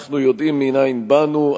אנחנו יודעים מנין באנו,